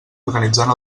organitzant